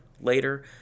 later